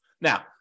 Now